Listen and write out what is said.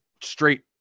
straight